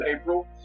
April